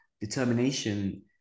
determination